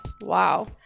Wow